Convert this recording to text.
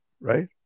right